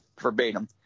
verbatim